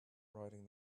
riding